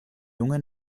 junge